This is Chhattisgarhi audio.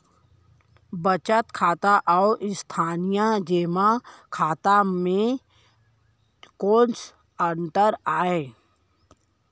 बचत खाता अऊ स्थानीय जेमा खाता में कोस अंतर आय?